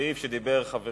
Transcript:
הסעיף שדיבר עליו